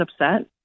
upset